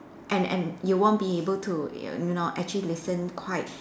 and and you won't be able to you know actually listen quite